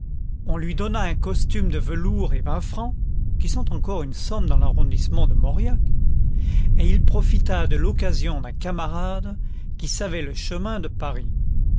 on lui donna un costume de velours et vingt francs qui sont encore une somme dans l'arrondissement de mauriac et il profita de l'occasion d'un camarade qui savait le chemin de paris